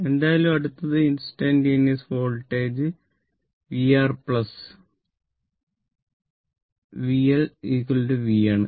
എന്തായാലും അടുത്തത് instants voltage vR VL v ആണ്